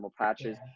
patches